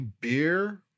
beer